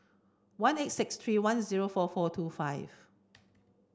one eight six three one zero four four two five